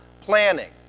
planning